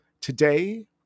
Today